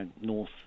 North